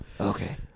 Okay